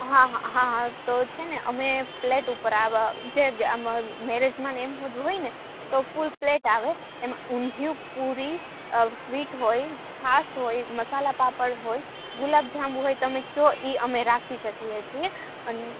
હા હા હા તો છેને અમે પ્લેટ ઉપર આવા જે આમાં મેરેજમાંને એવું બધું હોયને તો ફૂલ પ્લેટ આવે એમાં ઊંધિયું પુરી સ્વીટ હોય છાશ હોય મસાલા પાપડ હોય ગુલાબ જાંબુ હોય તમે કહો એ અમે રાખી શકીએ છીએ અને